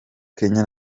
kenya